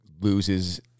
loses